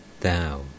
Thou